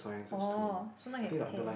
oh so now you have ten